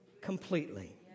completely